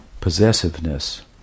possessiveness